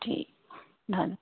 ठीक धन